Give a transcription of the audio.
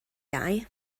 iau